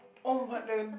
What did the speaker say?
oh but then